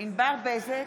ענבר בזק,